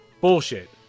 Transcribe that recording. bullshit